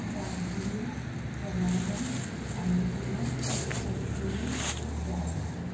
বাটঘৰীয়া চমৰাজান পানীতোলা হেঁচুলী জালভাৰি